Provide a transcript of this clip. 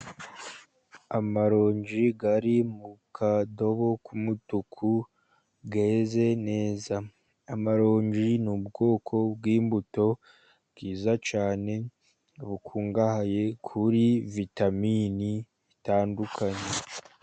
Amaronji ari mu kadobo k'umutuku yeze neza. Amaronji ni ubwoko bw'imbuto bwiza cyane, bukungahaye kuri vitamini zitandukanye.